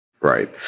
Right